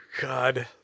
God